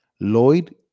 Lloyd